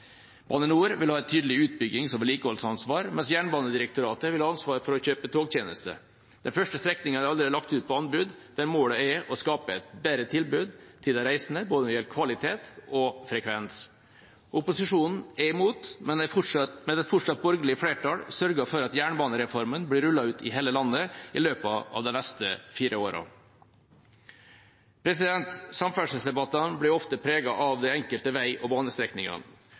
Bane NOR vil ha et tydelig utbyggings- og vedlikeholdsansvar, mens Jernbanedirektoratet vil ha ansvar for å kjøpe togtjenester. De første strekningene er allerede lagt ut på anbud, der målet er å skape et bedre tilbud til de reisende, både når det gjelder kvalitet og frekvens. Opposisjonen er imot, men et fortsatt borgerlig flertall sørger for at jernbanereformen blir rullet ut i hele landet i løpet av de neste fire årene. Samferdselsdebattene blir ofte preget av de enkelte vei- og banestrekningene.